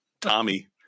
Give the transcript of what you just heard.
Tommy